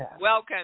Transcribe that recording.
Welcome